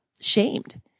shamed